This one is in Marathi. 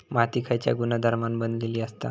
माती खयच्या गुणधर्मान बनलेली असता?